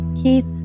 Keith